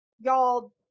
y'all